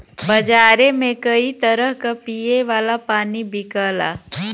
बजारे में कई तरह क पिए वाला पानी बिकला